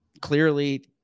clearly